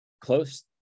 close